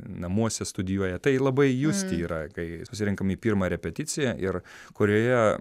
namuose studijuoja tai labai justi yra kai susirenkam į pirmą repeticiją ir kurioje